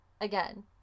Again